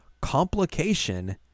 complication